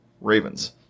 Ravens